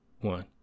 one